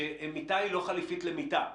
שמיטה היא לא חליפית למיטה,